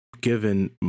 Given